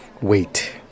wait